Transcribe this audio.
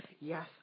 Yes